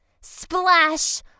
Splash